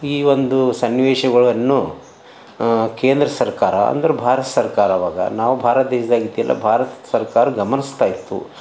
ಈ ಒಂದು ಸನ್ನಿವೇಶಗಳನ್ನು ಕೇಂದ್ರ ಸರ್ಕಾರ ಅಂದ್ರ ಭಾರತ ಸರ್ಕಾರವಾಗ ನಾವು ಭಾರತ ದೇಶ್ದಾಗ ಇದ್ದೆಲ್ಲ ಭಾರತ ಸರ್ಕಾರ ಗಮನಿಸ್ತಾ ಇತ್ತು